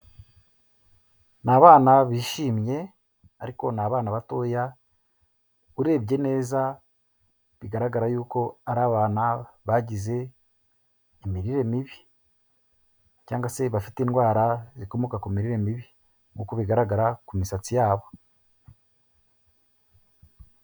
Ni abana bishimye ariko ni abana batoya urebye neza bigaragara yuko ari abana bagize imirire mibi cyangwa se bafite indwara zikomoka ku mirire mibi nk'uko bigaragara ku misatsi yabo.